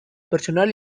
personal